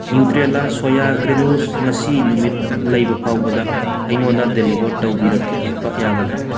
Nutrela soya granules ꯉꯁꯤ ꯅꯨꯃꯤꯠ ꯂꯩꯕ ꯐꯥꯎꯕꯗ ꯑꯩꯉꯣꯟꯗ ꯗꯦꯂꯤꯕꯔ ꯇꯧꯕꯤꯔꯛꯄ ꯌꯥꯒꯗ꯭ꯔꯥ